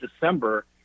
December